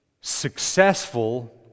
successful